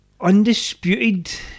Undisputed